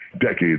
decades